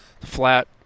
flat